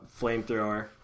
Flamethrower